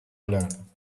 alone